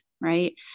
right